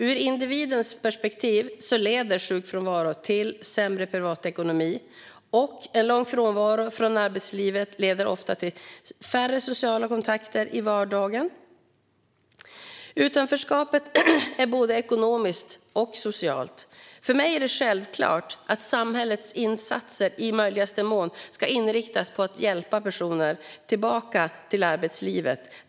Ur individens perspektiv leder sjukfrånvaro till sämre privatekonomi, och en lång frånvaro från arbetslivet leder ofta till färre sociala kontakter i vardagen. Utanförskapet är både ekonomiskt och socialt. För mig är det självklart att samhällets insatser i möjligaste mån ska inriktas på att hjälpa personer tillbaka till arbetslivet.